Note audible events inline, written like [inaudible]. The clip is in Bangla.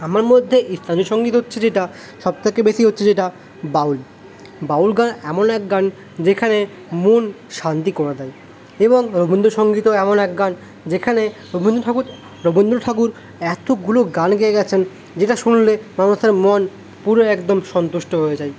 আমার মধ্যে [unintelligible] সঙ্গীত হচ্ছে যেটা সবথেকে বেশি হচ্ছে যেটা বাউল বাউল গান এমন এক গান যেখানে মন শান্তি করে দেয় এবং রবীন্দ্রসঙ্গীতও এমন এক গান যেখানে রবীন্দ্র ঠাকুর রবীন্দ্র ঠাকুর এতগুলো গান গেয়ে গিয়েছেন যেটা শুনলে মানুষের মন পুরো একদম সন্তুষ্ট হয়ে যায়